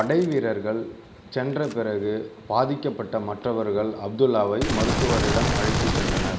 படை வீரர்கள் சென்ற பிறகு பாதிக்கப்பட்ட மற்றவர்கள் அப்துல்லாவை மருத்துவரிடம் அழைத்துச் சென்றனர்